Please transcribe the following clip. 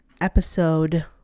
episode